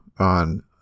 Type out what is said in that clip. on